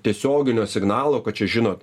tiesioginio signalo kad čia žinot